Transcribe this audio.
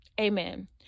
amen